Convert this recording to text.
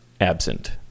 absent